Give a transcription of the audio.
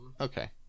okay